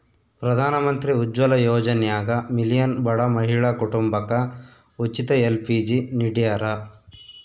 ಪ್ರಧಾನಮಂತ್ರಿ ಉಜ್ವಲ ಯೋಜನ್ಯಾಗ ಮಿಲಿಯನ್ ಬಡ ಮಹಿಳಾ ಕುಟುಂಬಕ ಉಚಿತ ಎಲ್.ಪಿ.ಜಿ ನಿಡ್ಯಾರ